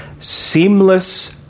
Seamless